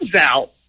out